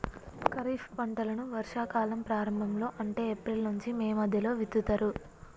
ఖరీఫ్ పంటలను వర్షా కాలం ప్రారంభం లో అంటే ఏప్రిల్ నుంచి మే మధ్యలో విత్తుతరు